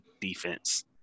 defense